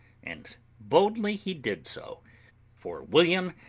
and boldly he did so for william,